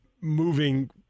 moving